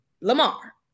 Lamar